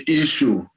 issue